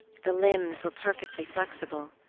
the limbs were perfectly flexible,